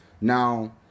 Now